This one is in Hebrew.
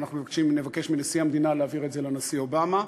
נבקש מנשיא המדינה להעביר את זה לנשיא אובמה,